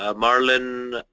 ah marilyn